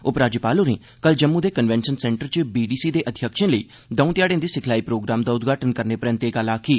उपराज्यपाल होरें कल जम्मू दे कन्वेषन सेंटर च बीडीसी दे अध्यक्षें लेई दौं ध्याड़ें दे सिखलाई प्रोग्राम दा उद्घाटन करने परैन्त एह् गल्ल आखी